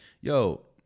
Yo